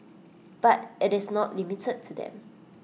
but IT is not limited to them